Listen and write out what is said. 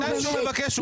מתי שנבקש, הוא ישיב.